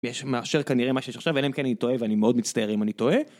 יש מאשר כנראה מה שיש עכשיו, אלא אם כן אני טועה, ואני מאוד מצטער אם אני טועה.